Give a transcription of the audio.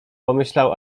pomyślał